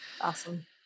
Awesome